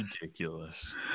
Ridiculous